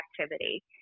activity